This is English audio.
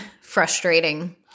frustrating